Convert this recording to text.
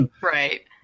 Right